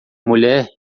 mulher